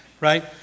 right